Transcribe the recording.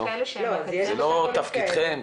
זה לא תפקידכם.